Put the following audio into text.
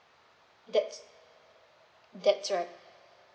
that's that's right